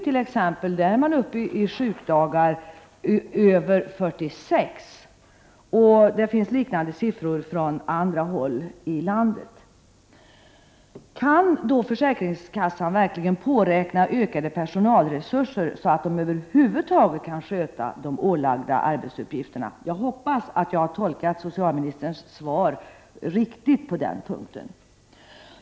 I Rinkeby är man t.ex. uppe i över 46 sjukdagar. Det finns liknande siffror från andra håll i landet. Kan försäkringskassorna påräkna ökade personalresurser, så att de över huvud taget kan sköta de arbetsuppgifter de ålagts? Jag hoppas att jag har tolkat socialministerns svar riktigt på den punkten.